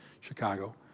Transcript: Chicago